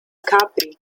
capri